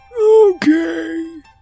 Okay